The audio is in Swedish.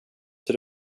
ser